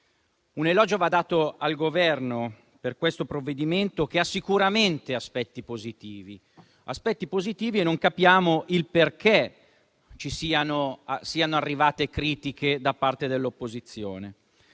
Un elogio va dato al Governo per il provvedimento in esame, che ha sicuramente aspetti positivi e non capiamo perché siano arrivate critiche da parte dell'opposizione.